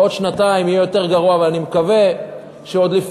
בעוד שנתיים יהיה יותר גרוע.